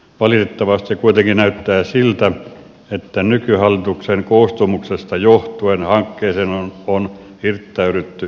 valitettavasti kuitenkin näyttää siltä että nykyhallituksen koostumuksesta johtuen hankkeeseen on hirttäydytty ideologisista syistä